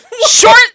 Short